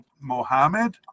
Mohammed